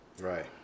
right